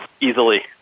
easily